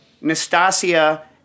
Nastasia